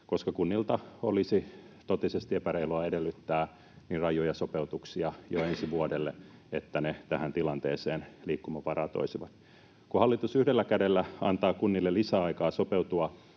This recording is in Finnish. koska kunnilta olisi totisesti epäreilua edellyttää niin rajuja sopeutuksia jo ensi vuodelle, että ne tähän tilanteeseen liikkumavaraa toisivat. Kun hallitus yhdellä kädellä antaa kunnille lisäaikaa sopeutua